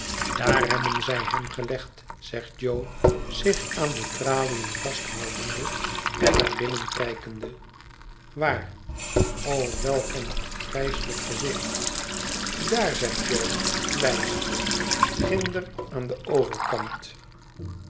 daar hebben zij hem gelegd zegt jo zich aan de traliën vasthoudende en naar binnen kijkende waar o welk een afgrijselijk gezicht daar zegt jo wijzende ginder aan den overkant